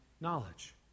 knowledge